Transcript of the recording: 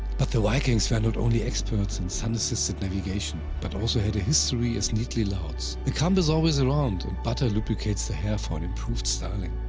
but the vikings were not only experts in sun assisted navigation, but also had a history as neatly louts. a comb is always around and butter lubricates the hair for an improved styling.